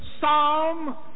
Psalm